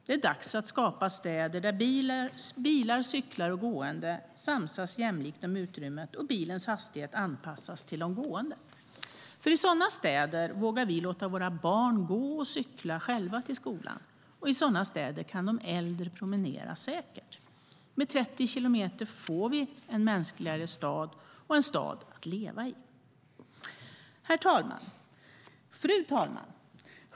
Det är dags att skapa städer där bilar, cyklar och gående samsas jämlikt om utrymmet och bilens hastighet anpassas till de gående. I sådana städer vågar vi låta våra barn gå och cykla själva till skolan. I sådana städer kan de äldre promenera säkert. Med 30 kilometer får vi en mänskligare stad, en stad att leva i. Fru talman!